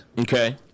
Okay